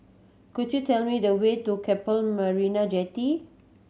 could you tell me the way to Keppel Marina Jetty